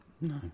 No